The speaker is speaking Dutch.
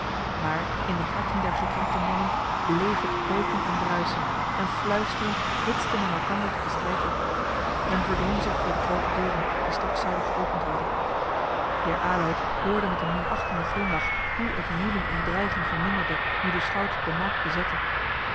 maar in de harten der gekrenkte mannen bleef het koken en bruisen en fluisterend hitste men elkander tot den strijd op men verdrong zich voor de groote deuren die straks zouden geopend worden heer aloud hoorde met een minachtenden glimlach hoe het joelen en dreigen verminderde nu de schout de markt bezette